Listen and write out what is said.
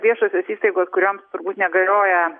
viešosios įstaigos kurioms negalioja